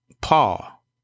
Paul